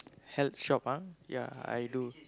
health shop ah ya I do